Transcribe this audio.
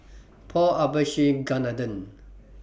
Paul Abisheganaden